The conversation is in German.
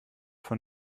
von